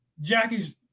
Jackie's